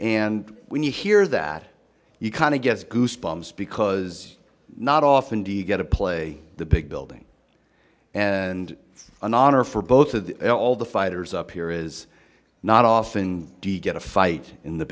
and when you hear that you kind of get goosebumps because not often do you get to play the big building and anon or for both of all the fighters up here is not often do you get a fight in the